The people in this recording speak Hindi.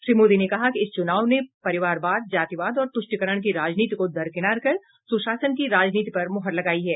श्री मोदी ने कहा कि इस चुनाव ने परिवारवाद जातिवाद और तुष्टिकरण की राजनीति को दरकिनार कर सुशासन की राजनीति पर मोहर लगाई है